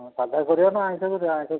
ସାଧା କରିବା ନା ଆମିଷ କରିବା ଆମିଷ